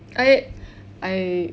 I I